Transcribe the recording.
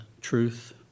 truth